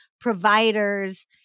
providers